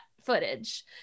footage